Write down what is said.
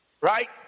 right